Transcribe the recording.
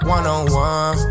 One-on-one